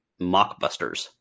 mockbusters